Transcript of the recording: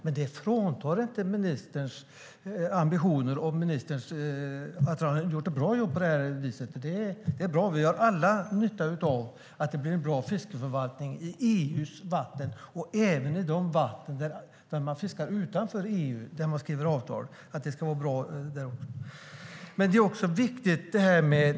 Men det hindrar inte att ministern har ambitioner och har gjort ett bra jobb, för det är bra. Vi har alla nytta av att det blir en bra fiskeförvaltning i EU:s vatten och även i de vatten utanför EU där man fiskar och där det skrivs avtal.